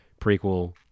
Prequel